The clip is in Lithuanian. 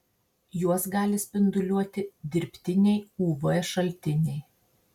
juos gali spinduliuoti dirbtiniai uv šaltiniai